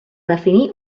definir